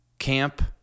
camp